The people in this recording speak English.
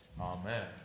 Amen